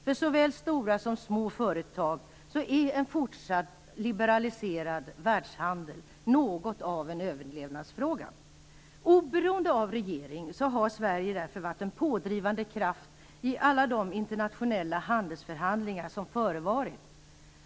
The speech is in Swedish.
För såväl stora som små företag är en fortsatt liberaliserad världshandel något av en överlevnadsfråga. Oberoende av regering har Sverige därför varit en pådrivande kraft i alla de internationella handelsförhandlingar som förevarit.